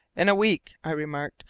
in a week, i remarked,